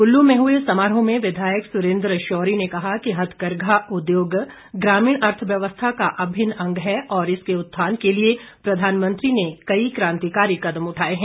कुल्लू में हुए समारोह में विधायक सुरेन्द्र शौरी ने कहा कि हथकरघा उद्योग ग्रामीण अर्थव्यवस्था का अभिन्न अंग है और इसके उत्थान के लिए प्रधानमंत्री ने कई कांतिकारी कदम उठाए हैं